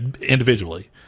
individually